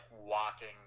walking